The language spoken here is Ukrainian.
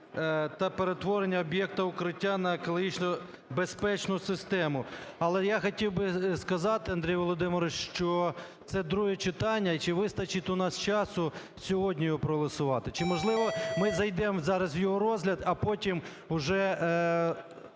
та перетворення об'єкта "Укриття" на екологічно безпечну систему. Але я хотів би сказати, Андрій Володимирович, що це друге читання, і чи вистачить у нас часу сьогодні його проголосувати. Чи, можливо, ми зайдемо зараз в його розгляд, а потім уже